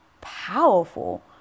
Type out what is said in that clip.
powerful